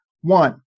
one